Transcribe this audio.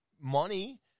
money